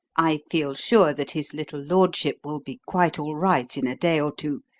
i feel sure that his little lordship will be quite all right in a day or two,